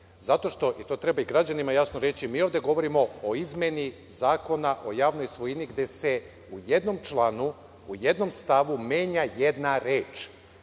Zato što, i to i građanima treba jasno reći, mi ovde govorimo o izmeni Zakona o javnoj svojini, gde se u jednom članu, u jednom stavu menja jedna reč